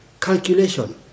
Calculation